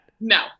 no